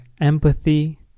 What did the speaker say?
empathy